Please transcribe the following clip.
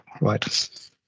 right